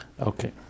Okay